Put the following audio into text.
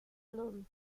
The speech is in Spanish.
lund